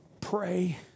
Pray